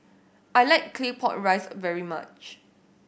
I like Claypot Rice very much